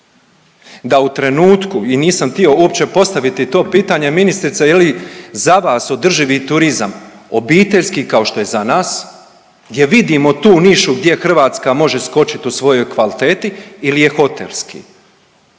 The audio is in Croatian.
da u trenutku i nisam htio uopće postaviti to pitanje, ministrice je li za vas održivi turizam obiteljski kao što je za nas. Gdje vidimo tu nišu gdje Hrvatska može skočit u svojoj kvaliteti ili je hotelski?